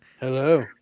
Hello